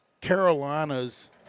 Carolina's